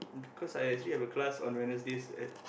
cause I actually have a class on Wednesdays at